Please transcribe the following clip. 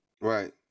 Right